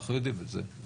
אנחנו יודעים את זה.